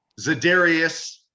Zadarius